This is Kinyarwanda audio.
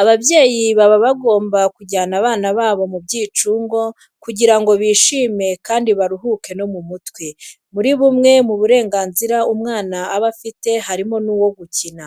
Ababyeyi baba bagomba kujyana abana babo mu byicungo kugira ngo bishime kandi baruhuke no mu mutwe. Muri bumwe mu burenganzira umwana aba afite harimo n'ubwo gukina.